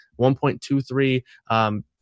1.23